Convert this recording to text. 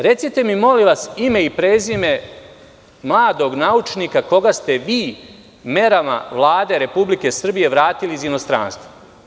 Recite mi, molim vas, ime i prezime mladog naučnika koga ste vi merama Vlade Republike Srbije vratili iz inostranstva?